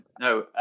no